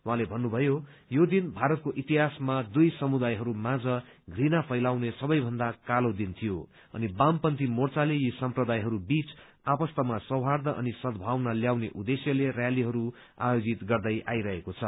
उहाँले भक्तुभयो यो दिन भारतको इतिहासमा दुइ समुदायहरू माझ घृणा फैलाउने सबैभन्दा कासो दिन थियो अनि बामपन्थी मोर्चाले यी सम्प्रदायहरू बीच आपस्तमा सौहार्द अनि सद्भावना ल्याउने उद्देश्यले रैलीहरू आयोजित गर्दै आइरहेको छ